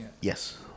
Yes